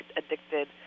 addicted